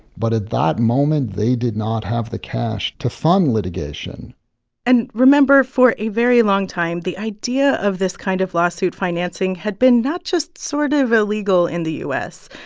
but at that moment, they did not have the cash to fund litigation and remember, for a very long time, the idea of this kind of lawsuit financing had been not just sort of illegal in the u s,